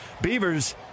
Beavers